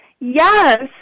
Yes